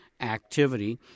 activity